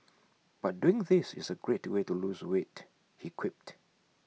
but doing this is A great way to lose weight he quipped